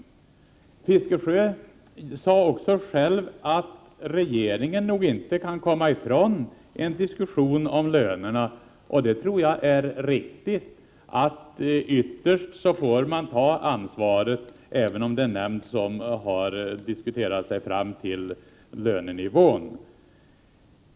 Bertil Fiskesjö sade också själv att regeringen nog inte kan komma ifrån en diskussion om lönerna. Jag tror det är riktigt att den ytterst får ta ansvaret, även om det är en nämnd som har diskuterat sig fram till lönenivån.